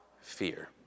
fear